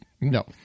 No